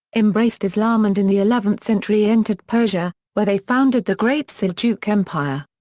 embraced islam and in the eleventh century entered persia, where they founded the great seljuk empire.